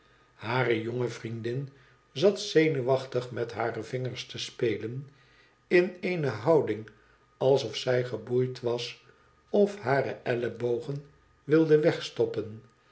hare jonge vriendin zat zenuwachtig met hare vingers te spelen in eene houding alsof zij geboeid was of hare ellebogen wilde wegstoppen